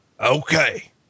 Okay